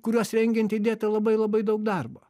kuriuos rengiant įdėta labai labai daug darbo